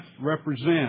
represent